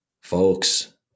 Folks